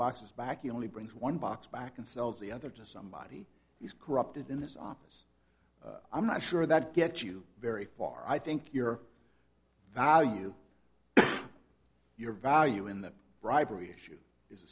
boxes back only brings one box back and sells the other to somebody he's corrupted in this obvious i'm not sure that gets you very far i think your value your value in the bribery issue is a